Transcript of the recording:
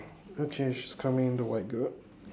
okay she's coming into my group